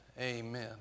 amen